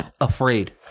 afraid